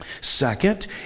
Second